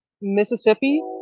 Mississippi